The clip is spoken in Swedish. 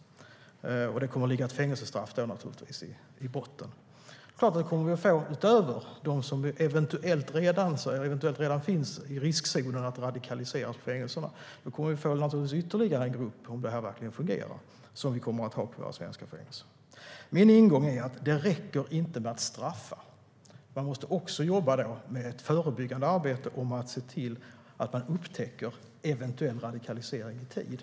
Det kommer då naturligtvis att ligga ett fängelsestraff i botten. Utöver dem som eventuellt redan finns i riskzonen för att radikaliseras på fängelserna kommer vi då naturligtvis att få ytterligare en grupp, om det här verkligen fungerar, på våra svenska fängelser. Min ingång är att det inte räcker med att straffa. Man måste också jobba med ett förebyggande arbete som handlar om att se till att man upptäcker eventuell radikalisering i tid.